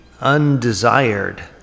undesired